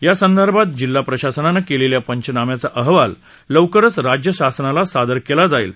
यासंदर्भात जिल्हा प्रशासनानं केलेल्या पंचनाम्याचा अहवाल लवकरच राज्य शासनाला सादर केला जाईल